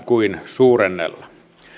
kuin suurennella